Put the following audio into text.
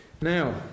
Now